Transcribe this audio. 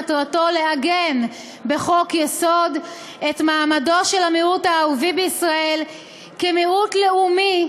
מטרתו לעגן בחוק-יסוד את מעמדו של המיעוט הערבי בישראל כמיעוט לאומי,